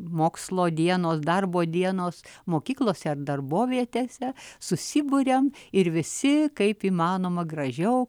mokslo dienos darbo dienos mokyklose ar darbovietėse susiburia ir visi kaip įmanoma gražiau